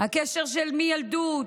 הקשר מילדות,